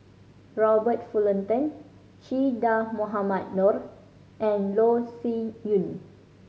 Robert Fullerton Che Dah Mohamed Noor and Loh Sin Yun